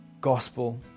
gospel